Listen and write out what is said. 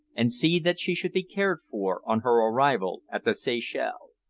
and see that she should be cared for on her arrival at the seychelles.